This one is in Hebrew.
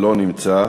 לא נמצא.